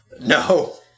No